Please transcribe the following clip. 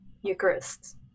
Eucharist